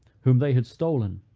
whom they had stolen,